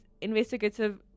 investigative